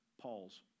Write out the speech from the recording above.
Paul's